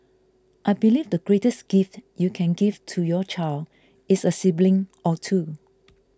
I believe the greatest gift you can give to your child is a sibling or two